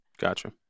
Gotcha